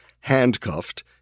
handcuffed